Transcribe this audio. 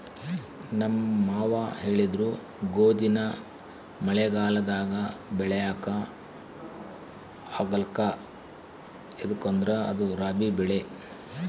ನಮ್ ಮಾವ ಹೇಳಿದ್ರು ಗೋದಿನ ಮಳೆಗಾಲದಾಗ ಬೆಳ್ಯಾಕ ಆಗ್ಕಲ್ಲ ಯದುಕಂದ್ರ ಅದು ರಾಬಿ ಬೆಳೆ